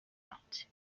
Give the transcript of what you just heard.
out